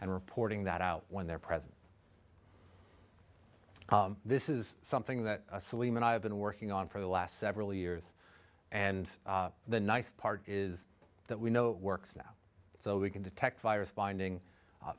and reporting that out when they're present this is something that saleman i've been working on for the last several years and the nice part is that we know it works now so we can detect virus binding